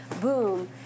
Boom